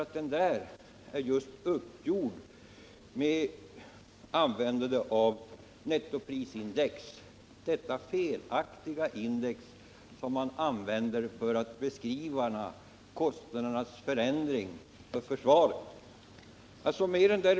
Bilden är uppgjord med användande av nettoprisindex, detta felaktiga index som används för att beskriva kostnadernas förändring när det gäller försvaret.